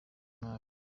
nabi